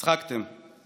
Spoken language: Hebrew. הצחקתם.